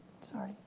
sorry